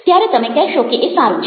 ત્યારે તમે કહેશો કે એ સારું છે